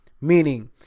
meaning